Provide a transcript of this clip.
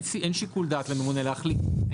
אין שיקול דעת לממונה להחליט.